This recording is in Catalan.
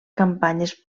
campanyes